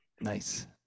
Nice